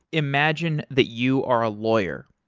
imagine that you are a lawyer.